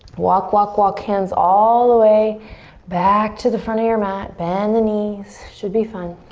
walk, walk, walk hands all the way back to the front of your mat. bend the knees, should be fun.